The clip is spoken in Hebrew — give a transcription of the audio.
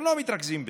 הם לא מתרכזים בזה,